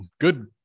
good